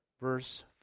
Verse